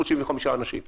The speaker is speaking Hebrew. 375 אנשים.